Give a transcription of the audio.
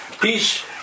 Peace